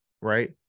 Right